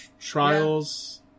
trials